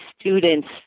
students